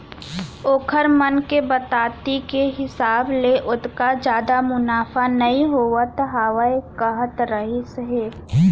ओखर मन के बताती के हिसाब ले ओतका जादा मुनाफा नइ होवत हावय कहत रहिस हे